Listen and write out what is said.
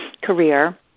career